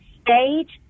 stage